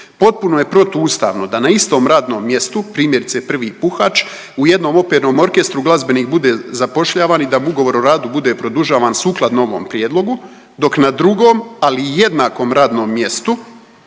Potpuno je protuustavno da na istom radnom mjestu, primjerice, prvi puhač, u jednom opernom orkestru glazbenik bude zapošljavan i da mu ugovor o radu bude produžavam sukladno ovom Prijedlogu, dok na drugom, ali jednakom radnom mjestu,